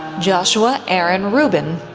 joshua aaron rubin,